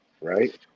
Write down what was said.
right